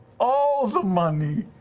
all the money.